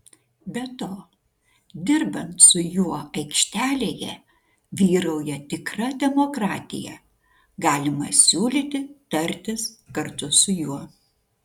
be to dirbant su juo aikštelėje vyrauja tikra demokratija galima siūlyti tartis kartu su juo